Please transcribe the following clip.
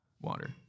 water